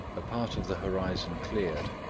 a part of the horizon cleared,